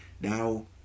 now